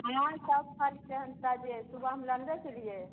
आइ सब फल तऽ ताजे सुबहमे आनने छलीयै